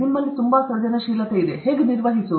ನಿಮ್ಮಲ್ಲಿ ತುಂಬಾ ಸೃಜನಶೀಲತೆ ಇದೆ ಹೇಗೆ ನಿರ್ವಹಿಸುವುದು